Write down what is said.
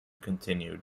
continued